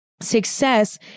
success